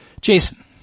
Jason